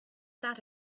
that